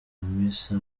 hamisa